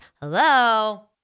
hello